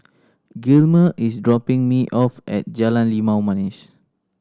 Gilmer is dropping me off at Jalan Limau Manis